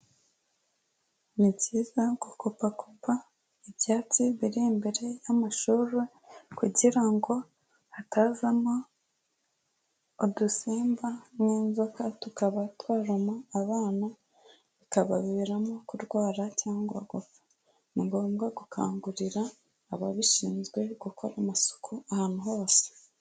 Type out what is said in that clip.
Ni byiza gukupa kupa ibyatsi biri imbere y'amashuri, kugira ngo hatazamo udusimba n'inzoka, tukaba twaruma abana, bikabaviramo kurwara cyangwa gupfa. Ni ngombwa gukangurira ababishinzwe gukora amasuku ahantu hose.